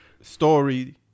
story